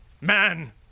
man